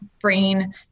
brain